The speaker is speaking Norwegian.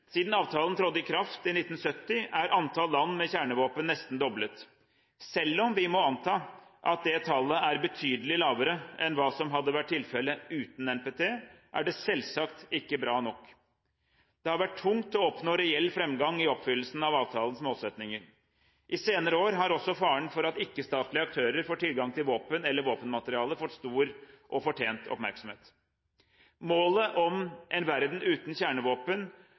Siden avtalen trådte i kraft i 1970, er antall land med kjernevåpen nesten doblet. Selv om vi må anta at det tallet er betydelig lavere enn det som hadde vært tilfellet uten NPT, er det selvsagt ikke bra nok. Det har vært tungt å oppnå reell framgang i oppfyllelsen av avtalens målsettinger. I senere år har også faren for at ikke-statlige aktører får tilgang til våpen eller våpenmateriale, fått stor og fortjent oppmerksomhet. Målet om en verden uten kjernevåpen